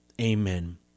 Amen